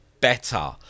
better